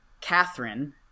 catherine